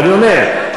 ואני אומר,